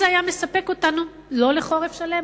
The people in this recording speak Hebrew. אני מעזה לנחש שאולי זה היה מספק אותנו לא לחורף שלם,